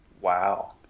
wow